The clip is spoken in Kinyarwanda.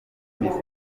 miss